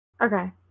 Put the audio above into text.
Okay